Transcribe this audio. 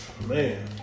Man